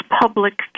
public